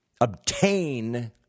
obtain